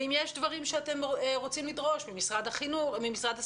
ואם יש דברים שאתם רוצים לדרוש ממשרד הספורט,